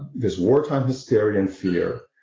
this wartime hysteria and fear,